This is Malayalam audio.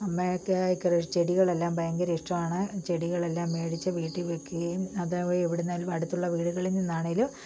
അമ്മയ്ക്ക് ചെടികളെല്ലാം ഭയങ്കര ഇഷ്ടമാണ് ചെടികളെല്ലാം മേടിച്ച് വീട്ടിൽ വയ്ക്കുകയും അഥവാ എവിടെ നിന്നെങ്കിലും അടുത്തുള്ള വീടുകളിൽ നിന്നാണെങ്കിലും